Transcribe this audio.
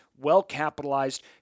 well-capitalized